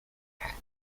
hack